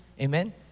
Amen